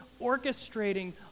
orchestrating